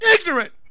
ignorant